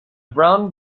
brown